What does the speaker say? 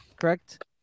Correct